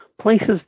places